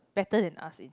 better than us it's